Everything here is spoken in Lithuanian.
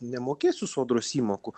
nemokėsiu sodros įmokų